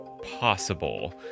possible